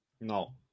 No